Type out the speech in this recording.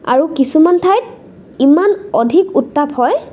আৰু কিছুমান ঠাইত ইমান অধিক উত্তাপ হয়